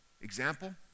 Example